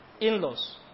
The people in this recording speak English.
in-laws